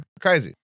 Crazy